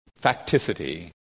facticity